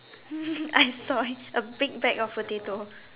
I saw it a big bag of potato